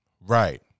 right